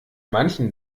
manchen